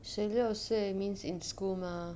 十六是 means in school mah